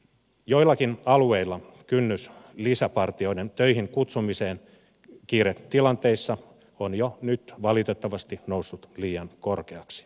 joillakin alueilla kynnys lisäpartioiden töihin kutsumiseen kiiretilanteissa on jo nyt valitettavasti noussut liian korkeaksi